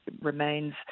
remains